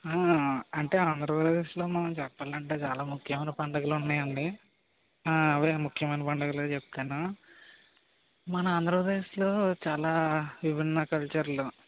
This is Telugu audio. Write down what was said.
అంటే ఆంధ్రప్రదేశ్లో మనం చెప్పాలంటే చాలా ముఖ్యమైన పండుగలు ఉన్నాయండీ అవే ముఖ్యమైన పండుగలే చెప్తాను మన ఆంధ్రప్రదేశ్లో చాలా విభిన్న కల్చర్లు